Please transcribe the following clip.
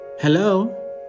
Hello